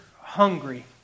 hungry